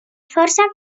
força